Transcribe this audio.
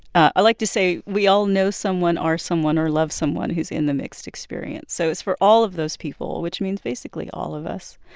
i like to say we all know someone, are someone or love someone who's in the mixed experience. so it's for all of those people, which means basically all of us.